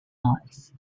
alice